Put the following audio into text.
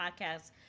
podcast